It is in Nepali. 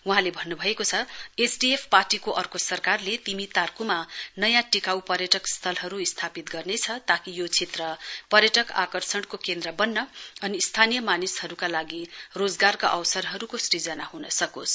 वहाँले भन्नु भएको छ अर्को एसडीएफ सरकारले तिमी तार्क्मा नयाँ टिकाउ पर्यटक स्थलहरू स्थापित गर्नेछ ताकि यो क्षेत्र पर्यटक आकर्षणको केन्द्र बन्न अनि स्थानीय मानिसहरूका लागि रोजगारको अवसरहरूको सृजना ह्न सकोस्